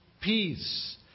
peace